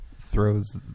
throws